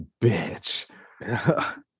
bitch